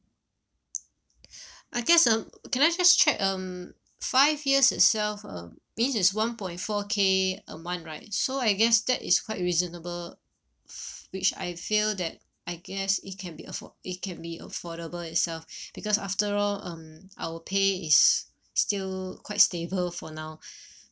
I guess uh can I just check um five years itself uh means it's one point four K a month right so I guess that is quite reasonable f~ which I feel that I guess it can be affor~ it can be affordable itself because after all um our pay is still quite stable for now